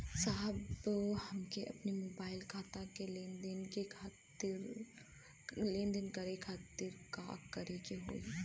साहब हमके अपने मोबाइल से खाता के लेनदेन करे खातिर का करे के होई?